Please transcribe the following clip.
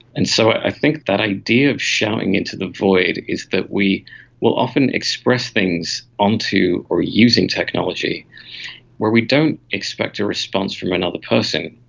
and so i think that idea of shouting into the void is that we will often express things onto or using technology where we don't expect a response from another person,